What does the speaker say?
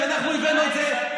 כשאנחנו הבאנו את זה,